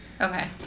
okay